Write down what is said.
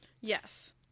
Yes